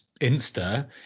Insta